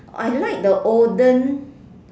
I like the olden